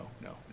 no